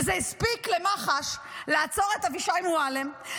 וזה הספיק למח"ש כדי לעצור את אבישי מועלם,